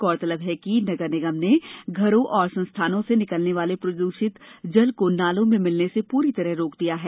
गौरतलब है कि नगर निगम ने घरों और संस्थानों से निकलने वाले प्रदूषित जल को नालों में मिलने से पूरी तरह रोक दिया गया है